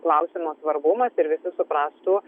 klausimo svarbumas ir visi suprastų